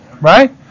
right